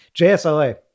JSLA